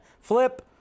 Flip